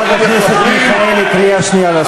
חברת הכנסת מיכאלי, קריאה שנייה לסדר.